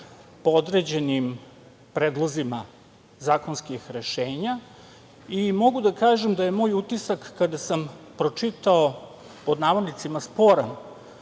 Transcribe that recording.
po određenim predlozima zakonskih rešenja. Mogu da kažem da je moj utisak kada sam pročitao „sporan“